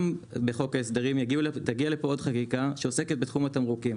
גם בחוק ההסדרים תגיע לפה עוד חקיקה שעוסקת בתחום התמרוקים.